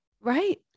Right